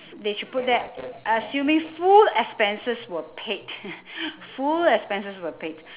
they should put there assuming full expenses were paid full expenses were paid